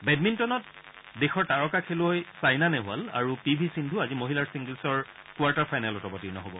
বেডমিণ্টনত দেশৰ তাৰকা খেলুৱৈ চাইনা নেহৱাল আৰু পি ভি সিদ্ধু আজি মহিলাৰ ছিংগলছৰ কোৱাৰ্টাৰ ফাইনেলত অৱতীৰ্ণ হব